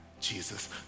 Jesus